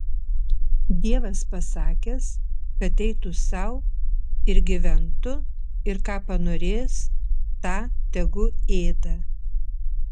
dievas pasakęs kad eitų sau ir gyventų ir ką panorės tą tegu ėda